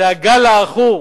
זה הגל העכור